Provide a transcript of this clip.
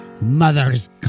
mother's